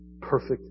Perfect